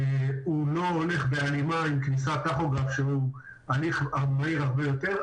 הוא לא הולך בהלימה עם כניסת טכוגרף שהוא הליך מהיר הרבה יותר,